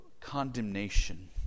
condemnation